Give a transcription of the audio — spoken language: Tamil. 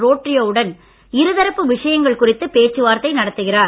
ரோட்ரியோ உடன் இருதரப்பு விஷயங்கள் குறித்து பேச்சுவார்த்தை நடத்துகிறார்